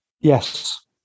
Yes